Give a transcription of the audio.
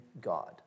God